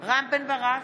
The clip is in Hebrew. רם בן ברק,